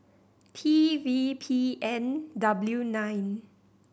T V P N W nine